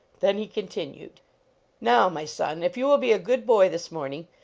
then he con tinued now, my son, if you will be a good boy this morning,